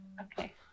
Okay